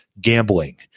gambling